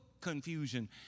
confusion